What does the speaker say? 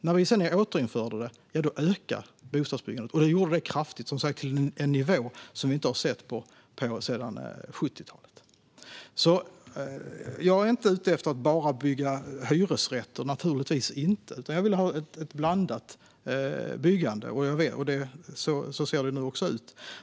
När vi sedan återinförde stödet ökade bostadsbyggandet, och det ökade kraftigt till en nivå som vi inte har sett sedan 70-talet. Jag är naturligtvis inte ute efter att bara bygga hyresrätter, utan jag vill ha ett blandat byggande. Så ser det också ut.